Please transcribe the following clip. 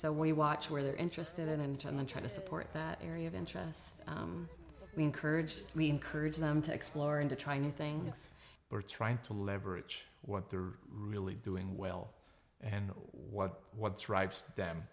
so we watch where they're interested in and then try to support that area of interest we encouraged me encourage them to explore and to try new things we're trying to leverage what they're really doing well and what what drives them